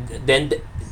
then the